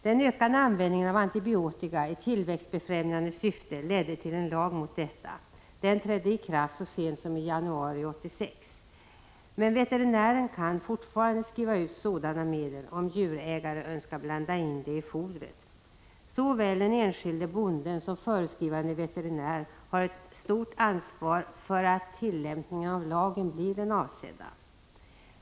Den ökande användningen av antibiotika i tillväxtbefrämjande syfte ledde till en lag mot detta. Den trädde i kraft så sent som i januari 1986. Veterinären kan emellertid fortfarande skriva ut sådana medel, om djurägare önskar blanda in det i fodret. Såväl den enskilde bonden som förskrivande veterinär har ett ansvar för att tillämpningen av lagen blir den avsedda.